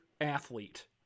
athlete